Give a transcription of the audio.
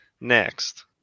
Next